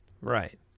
Right